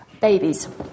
babies